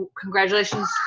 congratulations